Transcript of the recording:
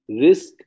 Risk